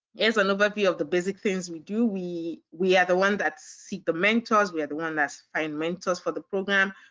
is an overview of the basic things we do. we we are the ones that seek the mentors. we are the ones that find mentors for the program.